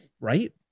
right